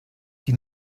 die